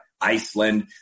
Iceland